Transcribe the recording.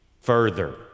further